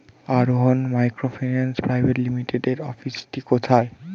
আরোহন microfinance private লিমিটেডের অফিসটি কোথায়?